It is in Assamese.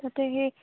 তাতে সেই